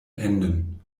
enden